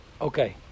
Okay